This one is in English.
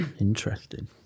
Interesting